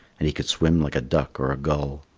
and he could swim like a duck or a gull.